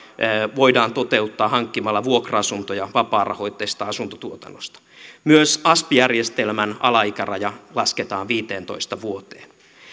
voidaan toteuttaa hankkimalla vuokra asuntoja vapaarahoitteisesta asuntotuotannosta myös asp järjestelmän alaikäraja lasketaan viiteentoista vuoteen